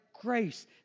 grace